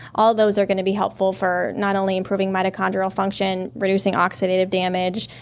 all those are going to be helpful for not only improving mitochondrial function, reducing oxidative damage,